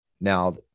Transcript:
Now